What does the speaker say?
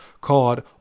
called